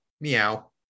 meow